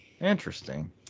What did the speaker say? Interesting